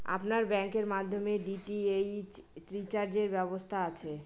আপনার ব্যাংকের মাধ্যমে ডি.টি.এইচ রিচার্জের ব্যবস্থা আছে?